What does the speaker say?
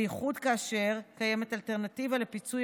בייחוד כאשר קיימת אלטרנטיבה לפיצוי